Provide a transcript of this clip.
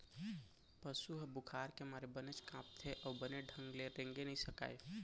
पसु ह बुखार के मारे बनेच कांपथे अउ बने ढंग ले रेंगे नइ सकय